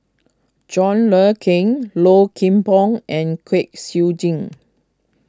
John Le Cain Low Kim Pong and Kwek Siew Jin